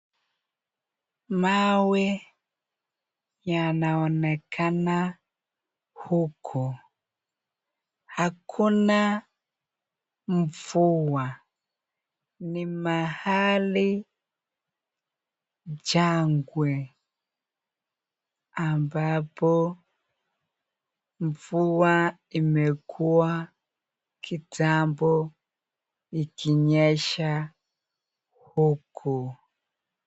Mawe yanaonekana huku, hakuna mvua ni mahali jangwe ambapo mvua imekuwa kitambo ikinyesha huku.